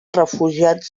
refugiats